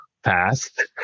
fast